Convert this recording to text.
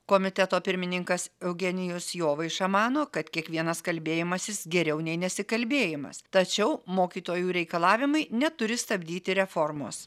komiteto pirmininkas eugenijus jovaiša mano kad kiekvienas kalbėjimasis geriau nei nesikalbėjimas tačiau mokytojų reikalavimai neturi stabdyti reformos